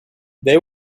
they